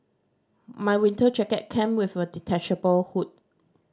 my winter jacket came with a detachable hood